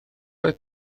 oedd